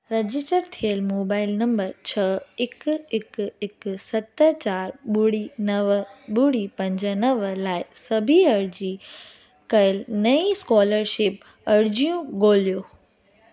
register थियलु mobile number छह हिकु हिकु हिकु सत चारि ॿुड़ी नव ॿुड़ी पंज नव लाइ सभी अर्ज़ी कयल नईं स्कोलरशिप अर्ज़ियूं ॻोल्हियो